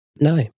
no